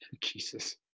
Jesus